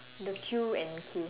the Q and K